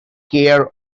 care